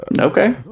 Okay